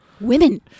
Women